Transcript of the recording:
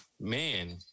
Man